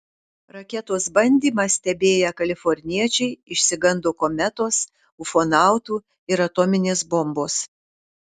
raketos bandymą stebėję kaliforniečiai išsigando kometos ufonautų ir atominės bombos